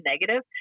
negative